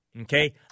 okay